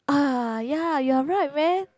ah ya you are right man